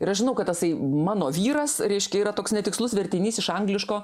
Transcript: ir aš žinau kad tasai mano vyras reiškia yra toks netikslus vertinys iš angliško